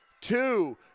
two